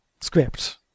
script